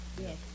Yes